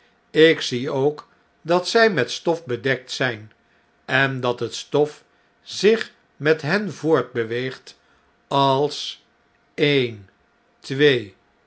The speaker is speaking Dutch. ik zie ook dat zij met stof bedekt zijn en dat het stof zich met hen voortbeweegt als een twee